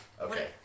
Okay